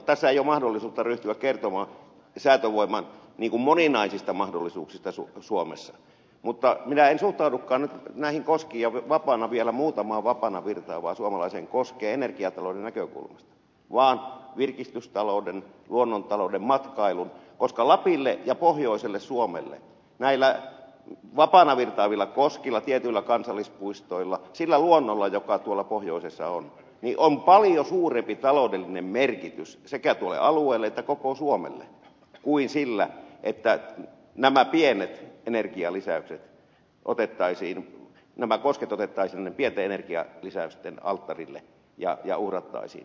tässä ei ole mahdollisuutta ryhtyä kertomaan säätövoiman moninaisista mahdollisuuksista suomessa mutta minä en suhtaudukaan nyt näihin vielä muutamaan vapaana virtaavaan suomalaiseen koskeen energiatalouden näkökulmasta vaan virkistystalouden luonnontalouden matkailun näkökulmasta koska lapille ja pohjoiselle suomelle näillä vapaana virtaavilla koskilla tietyillä kansallispuistoilla sillä luonnolla joka tuolla pohjoisessa on on paljon suurempi taloudellinen merkitys sekä tuolle alueelle että koko suomelle kuin sillä että nämä pienet energia lisää otettaisiin nämä kosket otettaisiin pienten energialisäysten alttarille ja uhrattaisiin ne